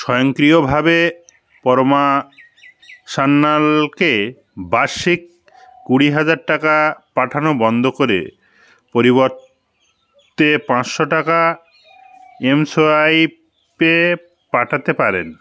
স্বয়ংক্রিয়ভাবে পরমা সান্যালকে বার্ষিক কুড়ি হাজার টাকা পাঠানো বন্ধ করে পরিবর্তে পাঁচশো টাকা এমসোয়াইপে পাঠাতে পারেন